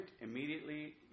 immediately